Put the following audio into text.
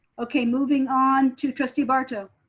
okay, moving on to trustee barto.